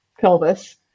pelvis